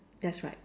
that's right